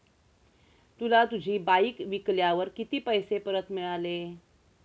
तुला तुझी बाईक विकल्यावर किती पैसे परत मिळाले?